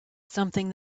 something